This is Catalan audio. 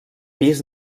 pis